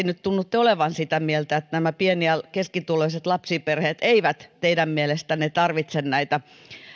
nyt tunnutte olevan sitä mieltä että pieni ja keskituloiset lapsiperheet eivät teidän mielestänne tarvitse